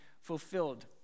fulfilled